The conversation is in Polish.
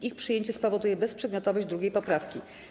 Ich przyjęcie spowoduje bezprzedmiotowość 2. poprawki.